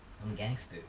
I'm gangster